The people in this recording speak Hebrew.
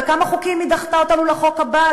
בכמה חוקים היא דחתה אותנו לחוק הבא,